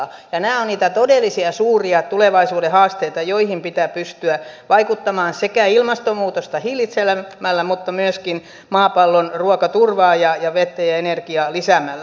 ja nämä ovat niitä todellisia suuria tulevaisuuden haasteita joihin pitää pystyä vaikuttamaan sekä ilmastonmuutosta hillitsemällä että myöskin maapallon ruokaturvaa ja vettä ja energiaa lisäämällä